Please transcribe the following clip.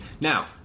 Now